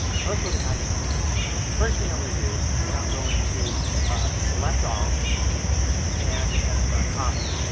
so let's look at how you would do it. the first thing i'm going to do is i'm going to select all and then i'm going to copy.